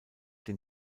den